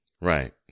Right